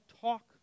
talk